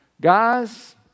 Guys